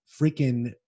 freaking